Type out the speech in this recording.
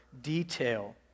detail